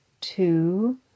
two